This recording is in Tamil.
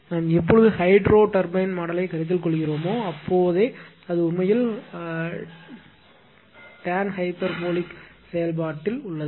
நாம் எப்பொழுது ஹைட்ரோ டர்பைன் மாடலை கருத்தில் கொள்கிறோமோ அப்போதே அது உண்மையில் டான் ஹைபர்போலிக் செயல்பாட்டில் உள்ளது